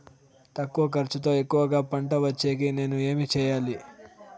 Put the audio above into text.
తక్కువ ఖర్చుతో ఎక్కువగా పంట వచ్చేకి నేను ఏమి చేయాలి?